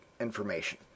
information